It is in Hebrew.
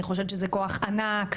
אני חושבת שזה כוח ענק,